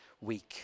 week